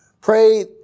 pray